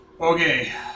Okay